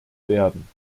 werden